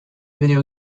video